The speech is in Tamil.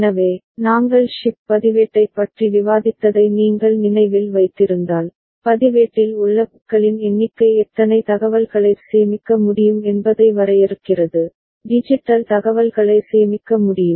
எனவே நாங்கள் ஷிப்ட் பதிவேட்டைப் பற்றி விவாதித்ததை நீங்கள் நினைவில் வைத்திருந்தால் பதிவேட்டில் உள்ள பிட்களின் எண்ணிக்கை எத்தனை தகவல்களைச் சேமிக்க முடியும் என்பதை வரையறுக்கிறது டிஜிட்டல் தகவல்களை சேமிக்க முடியும்